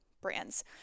brands